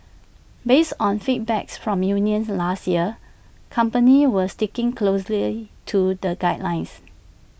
based on feedback's from unions last year companies were sticking closely to the guidelines